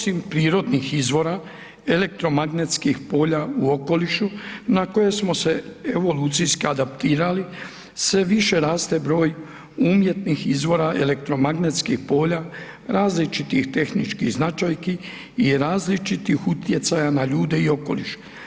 Osim prirodnih izvora elektromagnetskih polja u okolišu na koje smo se evolucijski adaptirali sve više raste broj umjetnih izvora elektromagnetskih polja različitih tehničkih značajki i različitih utjecaja na ljude i okoliš.